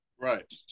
Right